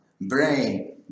brain